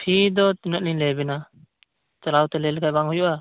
fee ᱫᱚ ᱛᱤᱱᱟᱹᱜ ᱞᱤᱧ ᱞᱟᱹᱭᱟᱵᱮᱱᱟ ᱪᱟᱞᱟᱣ ᱠᱟᱛᱮ ᱞᱟᱹᱭ ᱞᱮᱠᱷᱟᱱ ᱵᱟᱝ ᱦᱩᱭᱩᱜᱼᱟ